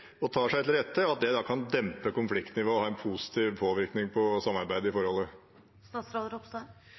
og tar seg til rette, kan dempe konfliktnivået og ha en positiv påvirkning på samarbeidet i forholdet.